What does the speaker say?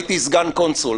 הייתי סגן קונסול.